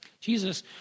Jesus